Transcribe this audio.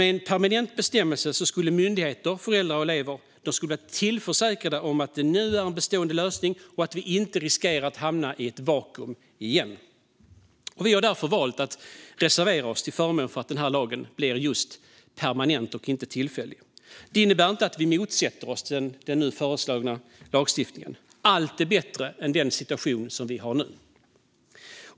Med en permanent bestämmelse skulle myndigheter, föräldrar och elever vara tillförsäkrade en bestående lösning, och risken att återigen hamna i ett vakuum tas bort. Vi har därför valt att reservera oss. Lagen bör bli just permanent och inte tillfällig. Det innebär inte att vi motsätter oss den nu föreslagna lagstiftningen. Allt är bättre än den situation som är.